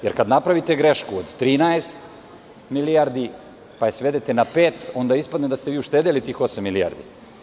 Jer, kada napravite grešku od 13 milijardi pa je svedete na pet, onda ispada da ste vi uštedeli tih osam milijardi.